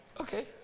Okay